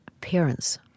parents